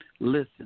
Listen